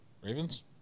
Ravens